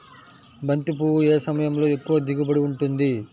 బంతి పువ్వు ఏ సమయంలో ఎక్కువ దిగుబడి ఉంటుంది?